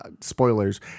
spoilers